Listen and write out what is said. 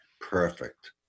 perfect